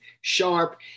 sharp